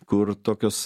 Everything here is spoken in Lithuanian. kur tokios